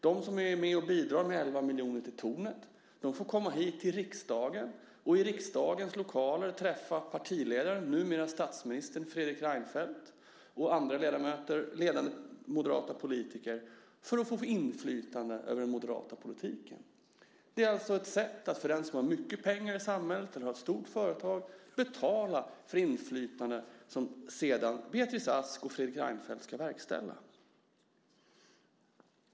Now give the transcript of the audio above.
De som är med och bidrar med 11 miljoner till Tornet får komma hit till riksdagen och i riksdagens lokaler träffa partiledaren och numera statsministern Fredrik Reinfeldt och andra ledande moderata politiker för att få inflytande över den moderata politiken. Det är alltså ett sätt för den i samhället som har mycket pengar eller som har ett stort företag att betala för inflytande när det gäller sådant som sedan Beatrice Ask och Fredrik Reinfeldt ska verkställa.